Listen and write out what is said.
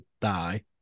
die